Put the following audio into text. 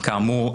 כאמור,